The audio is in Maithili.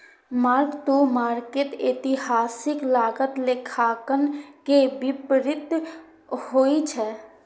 मार्क टू मार्केट एतिहासिक लागत लेखांकन के विपरीत होइ छै